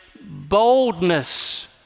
boldness